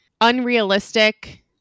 unrealistic